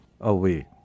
away